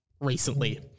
recently